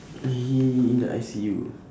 he in the I_C_U